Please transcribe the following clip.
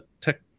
tech